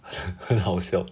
很好笑